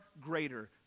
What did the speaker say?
greater